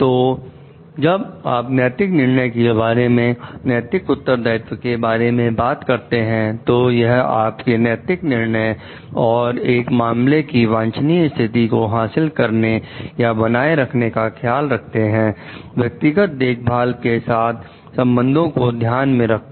तो जब आप नैतिक निर्णय के बारे में नैतिक उत्तरदायित्व के बारे में बात करते हैं तो यह आपके नैतिक निर्णय और एक मामलों की वांछनीय स्थिति को हासिल करने या बनाए रखने का ख्याल रखते हैं व्यक्तिगत देखभाल के साथ संबंधों को ध्यान में रखकर